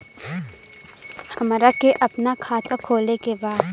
हमरा के अपना खाता खोले के बा?